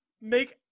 make